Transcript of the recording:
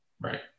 Right